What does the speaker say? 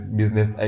business